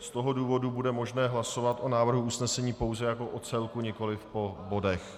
Z toho důvodu bude možné hlasovat o návrhu usnesení pouze jako o celku, nikoliv po bodech.